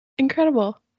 Incredible